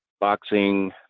boxing